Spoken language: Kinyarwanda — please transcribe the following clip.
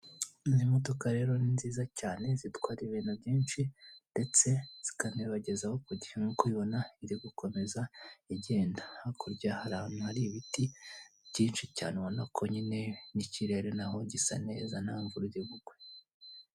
Iyi modoka rero ni nziza cyane, zitwara ibintu byinshi ndetse zikabibagezaho kugihe nk'uko ubibona irigukomeza igenda. Hakurya hari ahantu hari ibiti byinshi cyane ubonako nyine n'ikirere na ho gisa neza ntamvura iribugwe.